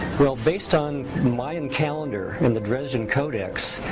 well, based on mayan calendar and the dresden codex,